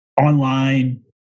online